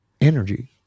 energy